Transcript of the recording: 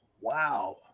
wow